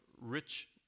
rich